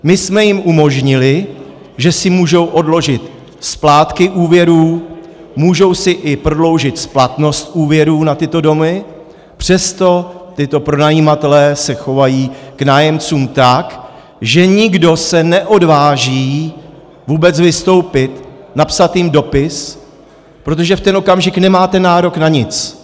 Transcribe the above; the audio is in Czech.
My jsme jim umožnili, že si můžou odložit splátky úvěrů, můžou si i prodloužit splatnost úvěrů na tyto domy, přesto tito pronajímatelé se chovají k nájemcům tak, že nikdo se neodváží vůbec vystoupit, napsat jim dopis, protože v ten okamžik nemáte nárok na nic.